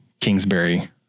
Kingsbury